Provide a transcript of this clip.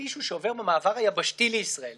מבחינתנו העברת התוכנית למועצות המקומיות זה גזר דין מוות,